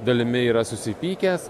dalimi yra susipykęs